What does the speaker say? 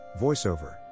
voiceover